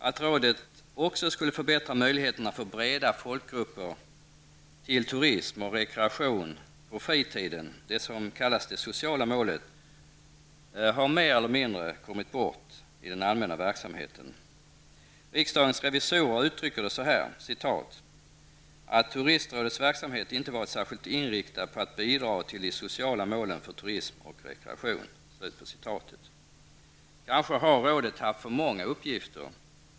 Att rådet också skulle förbättra möjligheterna för breda folkgrupper till turism och rekreation på fritiden, det som kallas det sociala målet, har mer eller mindre kommit bort i den allmänna verksamheten. Riksdagens revisorer uttrycker det så här: ''att Turistrådets verksamhet inte varit särskilt inriktad på att bidra till de sociala målen för turism och rekreation''. Kanske har rådet haft för många uppgifter.